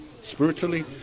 spiritually